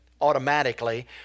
automatically